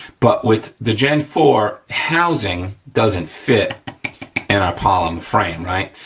but with the gen four, housing doesn't fit in our polymer frame, right?